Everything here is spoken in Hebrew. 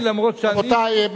רבותי,